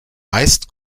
meist